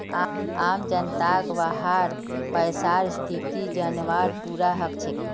आम जनताक वहार पैसार स्थिति जनवार पूरा हक छेक